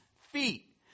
feet